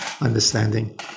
understanding